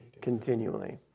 continually